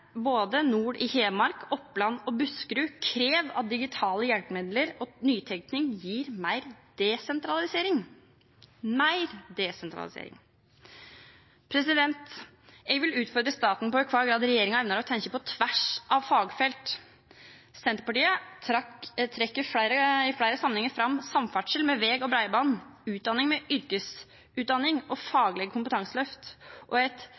både nord i Hedmark, i Oppland og i Buskerud krever at digitale hjelpemidler og nytenkning gir mer desentralisering. Jeg vil utfordre staten på i hvilken grad regjeringen evner å tenke på tvers av fagfelt. Senterpartiet trekker i flere sammenhenger fram samferdsel, med vei og bredbånd, utdanning, med yrkesutdanning og faglige kompetanseløft, og et